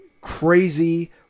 crazy